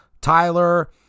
Tyler